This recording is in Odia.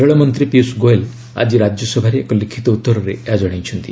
ରେଳମନ୍ତ୍ରୀ ପୀୟୁଷ ଗୋଏଲ୍ ଆଜି ରାଜ୍ୟସଭାରେ ଏକ ଲିଖିତ ଉତ୍ତରରେ ଏହା ଜଣାଇଛନ୍ତି